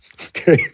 okay